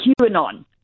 QAnon